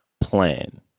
PLAN